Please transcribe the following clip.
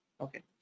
okay